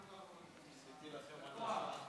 עשיתי לך הנחה.